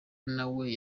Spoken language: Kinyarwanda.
nawe